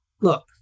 look